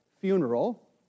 funeral